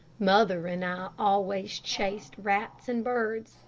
mother and i always chased rats and birds,